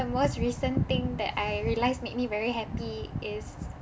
the most recent thing that I realise make me very happy is